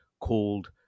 called